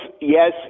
yes